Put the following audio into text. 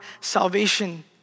salvation